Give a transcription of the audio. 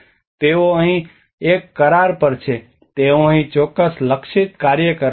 તેઓ અહીં એક કરાર પર છે તેઓ અહીં ચોક્કસ લક્ષિત કાર્ય કરવા માટે છે